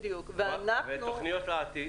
ותוכניות לעתיד?